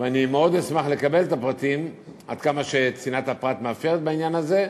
ואני מאוד אשמח לקבל את הפרטים עד כמה שצנעת הפרט מאפשרת בעניין הזה,